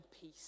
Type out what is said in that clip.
peace